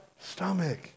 Stomach